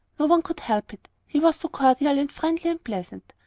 no one could help it, he was so cordial and friendly and pleasant.